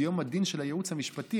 זה יום הדין של הייעוץ המשפטי,